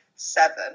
seven